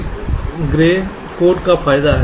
यह grey code का फायदा है